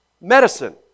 medicine